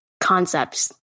concepts